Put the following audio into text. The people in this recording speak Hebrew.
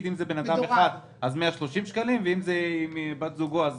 אדם אחד לגבות 130 שקלים ואם זה שני אנשים הם